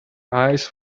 eyes